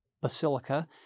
basilica